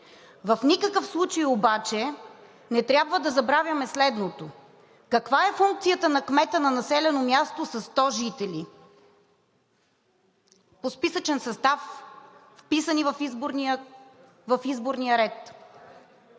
В никакъв случай обаче не трябва да забравяме следното – каква е функцията на кмета на населено място със 100 жители по списъчен състав, вписани в изборния ред.